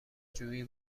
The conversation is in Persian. جویی